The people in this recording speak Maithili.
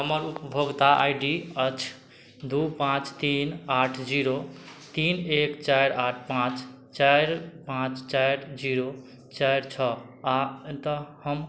हमर उपभोगता आइ डी अछि दू पाँच तीन आठ जीरो तीन एक चारि आठ पाँच चारि पाँच चारि जीरो चारि छओ आ एतऽ हम